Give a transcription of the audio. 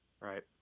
Right